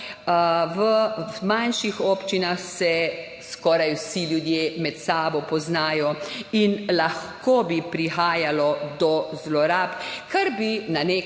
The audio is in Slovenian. V manjših občinah se skoraj vsi ljudje med sabo poznajo in lahko bi prihajalo do zlorab, kar bi na nek